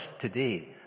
today